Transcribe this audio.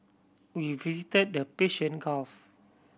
we visited the Persian Gulf